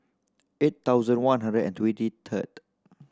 eight thousand one hundred and twenty third